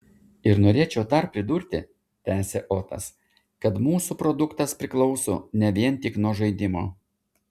ir norėčiau dar pridurti tęsė otas kad mūsų produktas priklauso ne vien tik nuo žaidimo